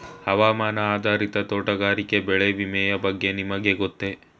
ಹವಾಮಾನ ಆಧಾರಿತ ತೋಟಗಾರಿಕೆ ಬೆಳೆ ವಿಮೆಯ ಬಗ್ಗೆ ನಿಮಗೆ ಗೊತ್ತೇ?